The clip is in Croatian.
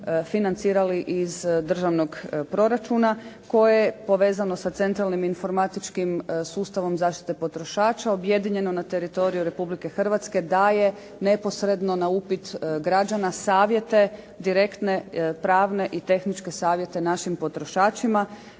financirali iz državnog proračuna koje je povezano sa centralnim informatičkim sustavom zaštite potrošača objedinjeno na teritoriju Republike Hrvatske daje neposredno na upit građana savjete direktne, pravne i tehničke savjete našim potrošačima